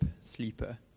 sleeper